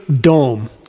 dome